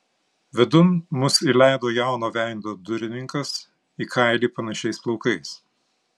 vidun mus įleido jauno veido durininkas į kailį panašiais plaukais